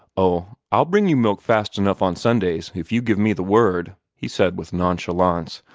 oh, i'll bring you milk fast enough on sundays, if you give me the word, he said with nonchalance.